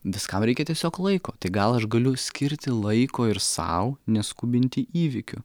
viskam reikia tiesiog laiko tai gal aš galiu skirti laiko ir sau neskubinti įvykių